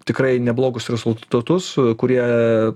tikrai neblogus rezultatus kurie